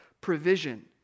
provision